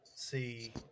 See